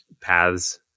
paths